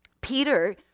Peter